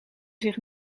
zich